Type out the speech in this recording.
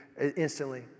instantly